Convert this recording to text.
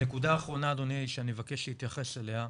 הנקודה האחרונה אדוני שאבקש להתייחס אליה,